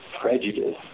prejudice